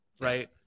right